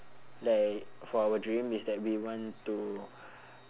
like for our dream is that we want to